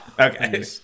Okay